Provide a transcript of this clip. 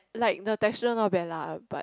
like the texture not bad lah but